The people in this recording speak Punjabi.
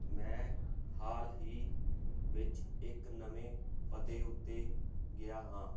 ਮੈਂ ਹਾਲ ਹੀ ਵਿੱਚ ਇੱਕ ਨਵੇਂ ਪਤੇ ਉੱਤੇ ਗਿਆ ਹਾਂ